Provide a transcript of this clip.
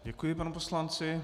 Děkuji panu poslanci.